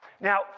Now